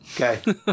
okay